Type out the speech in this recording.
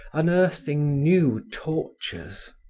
unearthing new tortures.